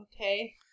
Okay